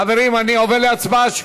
חברים, אני עובר להצבעה.